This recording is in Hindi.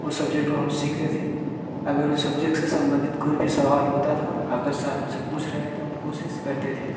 वो सब्जेक्ट को हम सीखते थे अगर ऊ सब्जेक्ट से सम्बंधित कोई भी सवाल होता था अगर सर हमसे पूछ रहे हैं तो हम कोशिश करते थे